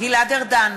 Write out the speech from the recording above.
גלעד ארדן,